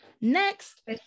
Next